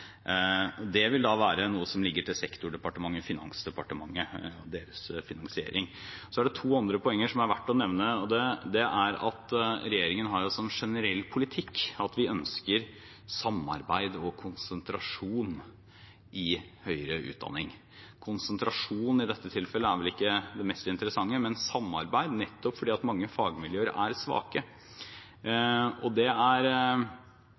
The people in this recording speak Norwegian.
Det vil da være noe som ligger til sektordepartementet Finansdepartementet og deres finansiering. Så er det to andre poenger som er verdt å nevne. Regjeringen har som generell politikk at vi ønsker samarbeid og konsentrasjon i høyere utdanning. Konsentrasjon i dette tilfellet er vel ikke det mest interessante, men det er samarbeid, nettopp fordi mange fagmiljøer er svake. Og det er